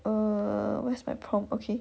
err where's my prompt okay